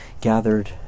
gathered